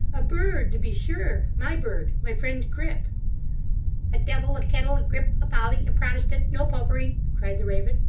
a bird, to be sure. my bird my friend grip a devil, a kettle, a grip, a polly, a protestant, no popery cried the raven.